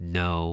no